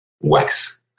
Wax